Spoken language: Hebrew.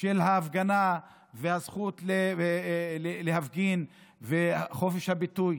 של ההפגנה והזכות להפגין וחופש הביטוי.